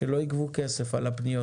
דברים שלא נמצאים כרגע בהצעת החוק.